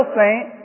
saint